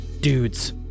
dudes